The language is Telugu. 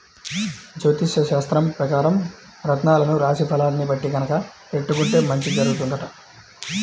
జ్యోతిష్యశాస్త్రం పెకారం రత్నాలను రాశి ఫలాల్ని బట్టి గనక పెట్టుకుంటే మంచి జరుగుతుందంట